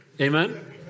Amen